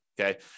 okay